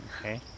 Okay